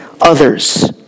others